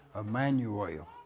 Emmanuel